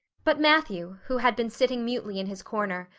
but matthew, who had been sitting mutely in his corner,